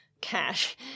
cash